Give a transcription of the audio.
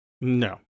No